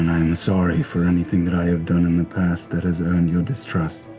and i'm sorry for anything that i have done in the past that has earned your distrust.